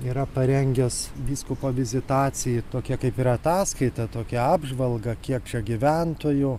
yra parengęs vyskupo vizitacijai tokią kaip ir ataskaitą tokią apžvalgą kiek čia gyventojų